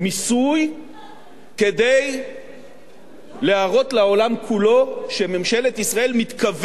כדי להראות לעולם כולו שממשלת ישראל מתכוונת למה שהיא אומרת,